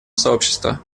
сообщества